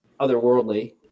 otherworldly